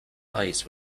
eyes